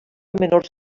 menors